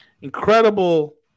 Incredible